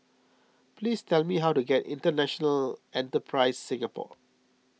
please tell me how to get International Enterprise Singapore